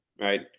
right